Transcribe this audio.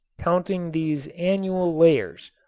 counting these annual layers,